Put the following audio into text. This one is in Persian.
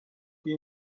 این